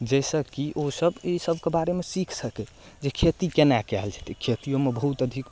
जाहिसँ की ओसब एहि सबके बारेमे सीख सकै जे खेती केना कायल जेतै खेतियोमे बहुत अधिक